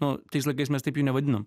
nu tais laikais mes taip jų nevadinom